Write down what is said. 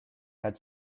head